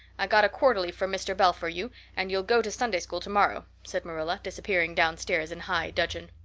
i got a quarterly from mr. bell for you and you'll go to sunday school tomorrow, said marilla, disappearing downstairs in high dudgeon.